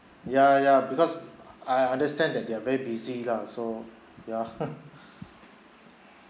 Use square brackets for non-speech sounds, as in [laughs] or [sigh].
ya ya because I understand that they're very busy lah so ya [laughs]